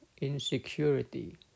insecurity